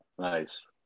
Nice